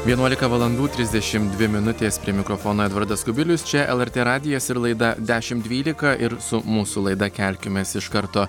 vienuolika valandų trisdešim dvi minutės prie mikrofono edvardas kubilius čia lrt radijas ir laida dešimt dvylika ir su mūsų laida kelkimės iš karto